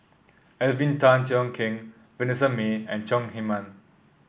Alvin Tan Cheong Kheng Vanessa Mae and Chong Heman